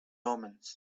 omens